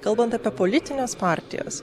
kalbant apie politines partijas